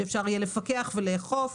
שאפשר יהיה לפקח ולאכוף.